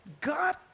God